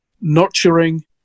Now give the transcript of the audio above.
Nurturing